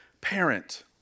parent